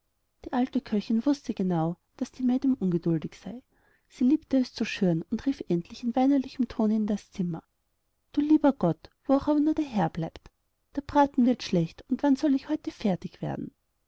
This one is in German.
die alte köchin wußte genau daß die madame ungeduldig sei sie liebte es zu schüren und rief endlich in weinerlichem tone in das zimmer du lieber gott wo aber auch nur der herr bleibt der braten wird schlecht und wann soll ich denn heute fertig werden